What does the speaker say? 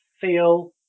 feel